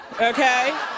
okay